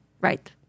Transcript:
Right